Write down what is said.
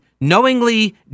knowingly